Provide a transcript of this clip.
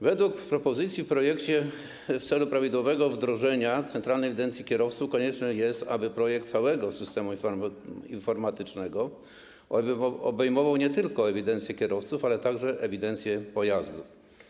Według propozycji zawartych w projekcie w celu prawidłowego wdrożenia centralnej ewidencji kierowców konieczne jest, aby projekt całego systemu informatycznego obejmował nie tylko ewidencję kierowców, ale także ewidencję pojazdów.